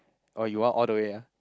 oh you want all the way ah